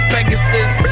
Pegasus